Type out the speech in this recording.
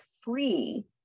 free